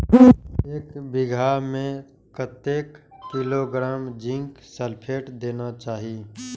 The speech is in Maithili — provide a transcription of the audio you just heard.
एक बिघा में कतेक किलोग्राम जिंक सल्फेट देना चाही?